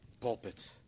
pulpit